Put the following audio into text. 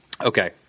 Okay